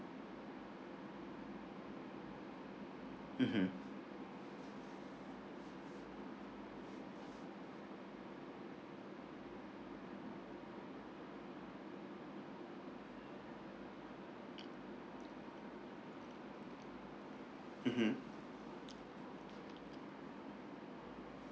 mmhmm mmhmm